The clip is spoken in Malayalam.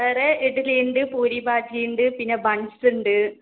വേറെ ഇഡ്ലിയുണ്ട് പൂരി ഭാജിയുണ്ട് പിന്നെ ബൺസുണ്ട്